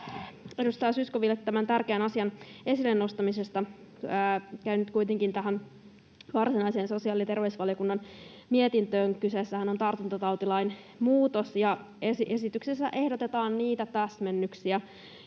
edustaja Zyskowiczille tämän tärkeän asian esille nostamisesta. Käyn nyt kuitenkin tähän varsinaiseen sosiaali‑ ja terveysvaliokunnan mietintöön. Kyseessähän on tartuntatautilain muutos, ja esityksessä ehdotetaan niitä täsmennyksiä,